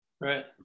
Right